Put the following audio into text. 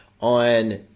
on